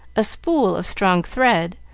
a spool of strong thread,